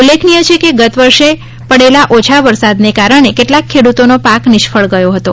ઉલ્લેખનીય છે કે ગત વર્ષે પહેલા ઓછા વરસાદને કારણે કેટલાક ખેડૂતોનો પાક નિષ્ફળ ગયો હતો